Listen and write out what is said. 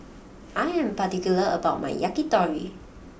I am particular about my Yakitori